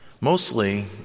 Mostly